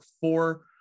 four